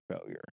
failure